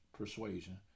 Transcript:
persuasion